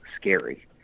scary